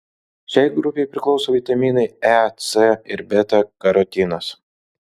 šiai grupei priklauso vitaminai e c ir beta karotinas